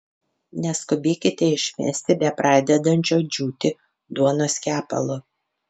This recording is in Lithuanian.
neskubėkite išmesti bepradedančio džiūti duonos kepalo